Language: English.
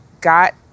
got